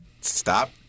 stop